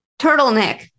turtleneck